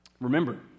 Remember